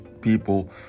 people